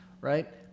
right